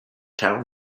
town